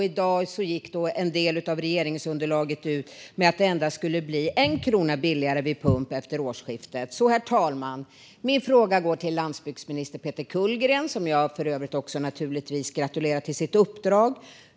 I dag gick en del av regeringsunderlaget ut med att det endast blir 1 krona billigare vid pump efter årsskiftet. Herr talman! Min fråga går till landsbygdsminister Peter Kullgren, som jag för övrigt också naturligtvis gratulerar till sitt uppdrag.